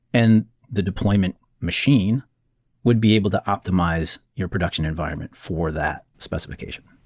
and the deployment machine would be able to optimize your production environment for that specification.